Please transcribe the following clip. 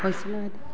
হৈছেনে ভাইটি